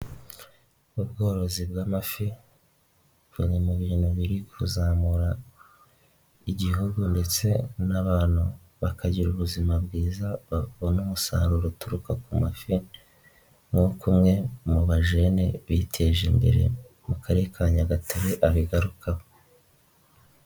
Ubworozi bw'amafi biri mu bintu biri kuzamura Igihugu ndetse n'abantu bakagira ubuzima bwiza babona umusaruro uturuka ku mafi, nk'uko umwe mu bajene biteje imbere mu Karere ka Nyagatare abigarukaho.